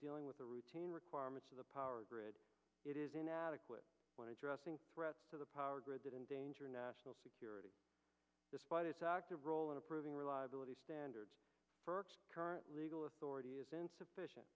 dealing with the routine requirements of the power grid it is inadequate one addressing threats to the power grid that endanger national security despite its active role in approving reliability standards for current legal authority is insufficient